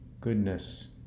goodness